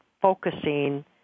focusing